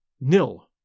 nil